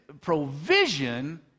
provision